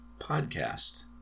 Podcast